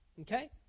Okay